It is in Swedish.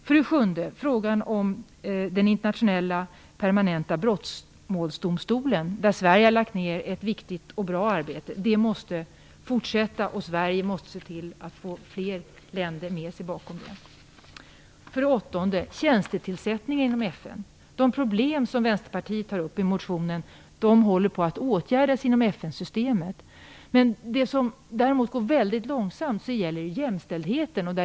För det sjunde gäller det frågan om den internationella, permanenta brottsmålsdomstolen. Sverige har lagt ned ett viktigt och bra arbete på detta område. Detta måste fortsätta, och Sverige måste se till att få fler länder med sig. För det åttonde handlar det om tjänstetillsättningarna inom FN. De problem som Vänsterpartiet tar upp i motionen håller på att åtgärdas inom FN-systemet. Däremot går det väldigt långsamt när det gäller jämställdheten.